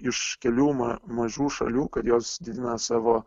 iš kelių ma mažų šalių kad jos didina savo